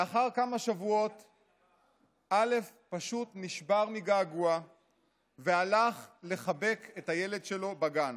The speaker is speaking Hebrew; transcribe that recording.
לאחר כמה שבועות א' פשוט נשבר מגעגוע והלך לחבק את הילד שלו בגן.